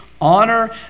honor